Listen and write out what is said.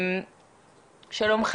שלום.